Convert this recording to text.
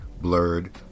blurred